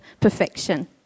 perfection